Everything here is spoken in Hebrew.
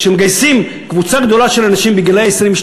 כשמגייסים קבוצה גדולה של אנשים בגיל 22,